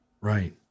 Right